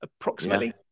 approximately